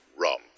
rump